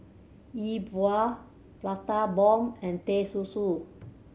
E Bua Prata Bomb and Teh Susu